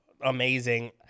amazing